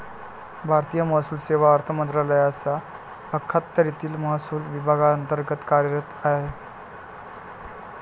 भारतीय महसूल सेवा अर्थ मंत्रालयाच्या अखत्यारीतील महसूल विभागांतर्गत कार्यरत आहे